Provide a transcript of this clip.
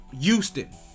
Houston